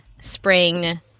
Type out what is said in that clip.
spring